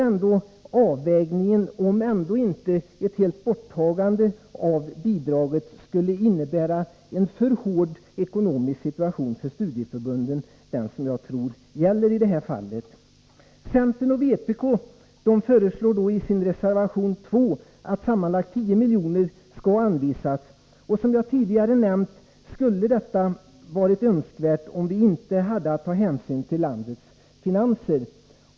Men frågan är om inte ett helt borttagande av bidragen skulle innebära en alltför hård ekonomisk situation för studieförbunden. I reservation 2 föreslår centern och vpk att sammanlagt 10 milj.kr. skall anvisas. Jag instämmer, som jag sade tidigare, när det gäller önskvärdheten av ett så stort anslag, men vi har som sagt att ta hänsyn till landets finanser.